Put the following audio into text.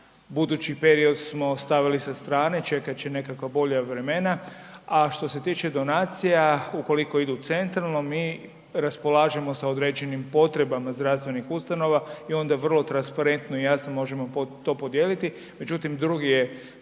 budući period smo stavili sa strane, čekat će nekakva bolja vremena. A što se tiče donacija ukoliko idu centralno mi raspolažemo sa određenim potrebama zdravstvenih ustanova i onda vrlo transparentno i jasno možemo to podijeliti. Međutim drugi je